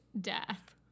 death